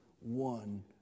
one